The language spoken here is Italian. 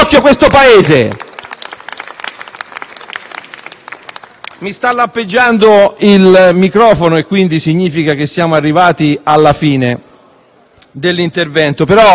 Mi sta lampeggiando il microfono e ciò significa che siamo arrivati alla fine dell'intervento. Ministro, voglio dirle